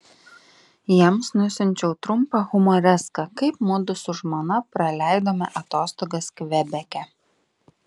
jiems nusiunčiau trumpą humoreską kaip mudu su žmona praleidome atostogas kvebeke